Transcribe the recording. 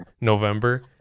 November